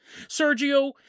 Sergio